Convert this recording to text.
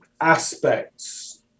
aspects